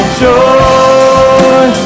joy